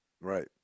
Right